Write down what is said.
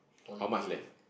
holiday